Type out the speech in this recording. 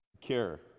care